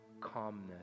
calmness